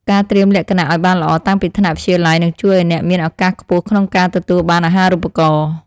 ការត្រៀមលក្ខណៈឱ្យបានល្អតាំងពីថ្នាក់វិទ្យាល័យនឹងជួយឱ្យអ្នកមានឱកាសខ្ពស់ក្នុងការទទួលបានអាហារូបករណ៍។